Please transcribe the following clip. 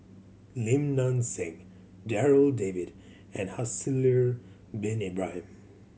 Lim Nang Seng Darryl David and Haslir Bin Ibrahim